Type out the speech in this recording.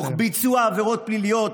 תוך ביצוע עבירות פליליות,